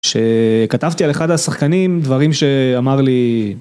כשכתבתי על אחד השחקנים דברים שאמר לי